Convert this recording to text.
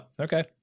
okay